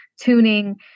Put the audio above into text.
tuning